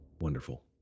wonderful